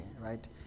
right